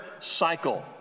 cycle